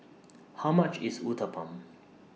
How much IS Uthapam